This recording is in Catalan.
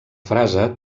frase